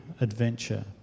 adventure